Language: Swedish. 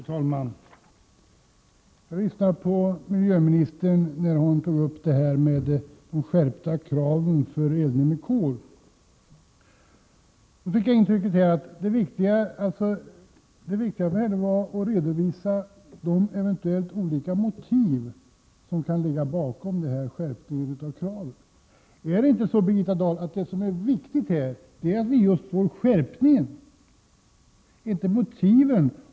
Fru talman! Jag lyssnade på miljöministern när hon tog upp de skärpta kraven för eldning med kol. Jag fick intrycket att det viktiga för henne var att redovisa de eventuellt olika motiv som kan ligga bakom skärpningen av kraven. Är det inte så, Birgitta Dahl, att det viktiga är just skärpningen, inte motiven?